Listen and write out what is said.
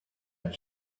had